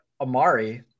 Amari